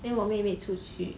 then 我妹妹出去